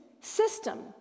system